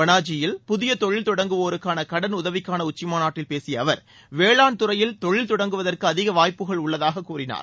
பளாதியில் புதிய தொழில் தொடங்குவோருக்கான கடனுதவிக்கான உச்சிமாநாட்டில் பேசிய அவர் வேளாண் துறையில் தொழில் தொடங்குவதற்கு அதிக வாய்ப்புகள் உள்ளதாக கூறினார்